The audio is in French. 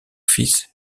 fils